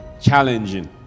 challenging